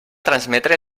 transmetre